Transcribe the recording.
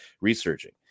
researching